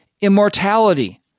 immortality